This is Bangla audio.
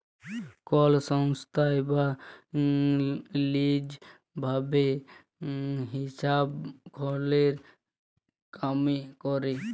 কল সংস্থায় বা লিজ ভাবে হিসাবরক্ষলের কামে ক্যরে